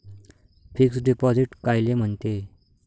Fix deposit कायले म्हनते?